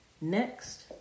Next